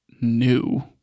new